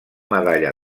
medalla